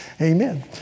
Amen